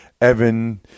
Evan